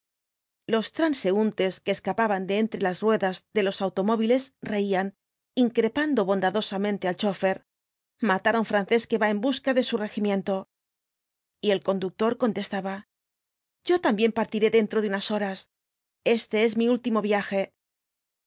ijos transeúntes que escapaban de entre las ruedas de los automóviles reían increpando bondadosamente al chófer matar á un francés que va en busca de su regimiento y el conductor contestaba yo también partiré dentro de unas horas este es mi último viaje